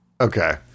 Okay